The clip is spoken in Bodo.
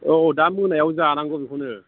औ दा मोनायाव जानांगौ बेखौनो